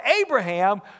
Abraham